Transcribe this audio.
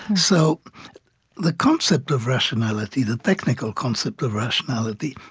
so the concept of rationality, the technical concept of rationality,